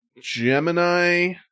Gemini